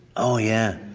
oh yeah,